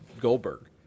Goldberg